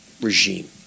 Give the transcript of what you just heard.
regime